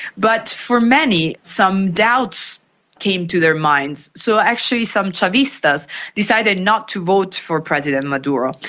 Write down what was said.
but for many some doubts came to their minds, so actually some chavistas decided not to vote for president maduro.